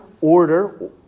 order